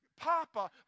Papa